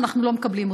אנחנו לא מקבלים אתכם.